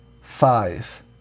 five